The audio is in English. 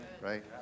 right